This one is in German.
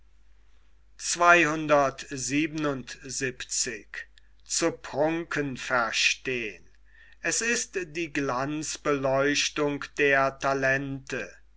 es als die der talente